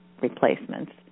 replacements